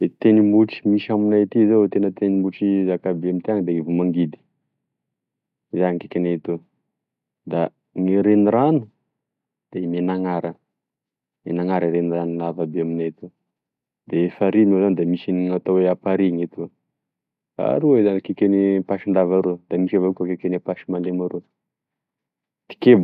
Gne tendrombohitry misy aminay ety zao tena tendrombohitry zakabe amintiana da Ambohimangidy zany no akaiky anay eto, gne renirano da Menanara Menanara e renirano lavabe aminay aty, gne farihy moa zany da misy gn'atao hoe Amparihy gn'eto zao aroa zao akeky an'i Ampasindava aroa da misy avao koa akeky an'Ampasimandemy aroa, kikeo.